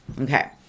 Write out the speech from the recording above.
Okay